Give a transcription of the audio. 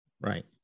Right